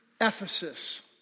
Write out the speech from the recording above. Ephesus